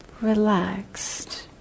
relaxed